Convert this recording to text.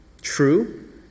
true